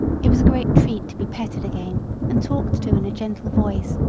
it was a great treat to be petted again and talked to in a gentle voice,